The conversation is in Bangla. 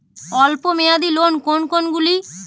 অল্প মেয়াদি লোন কোন কোনগুলি?